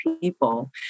people